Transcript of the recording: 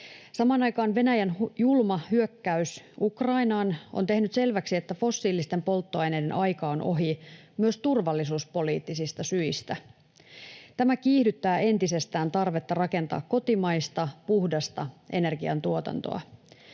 Samaan aikaan Venäjän julma hyökkäys Ukrainaan on tehnyt selväksi, että fossiilisten polttoaineiden aika on ohi myös turvallisuuspoliittisista syistä. Tämä kiihdyttää entisestään tarvetta rakentaa kotimaista, puhdasta energiantuotantoa.